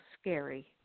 scary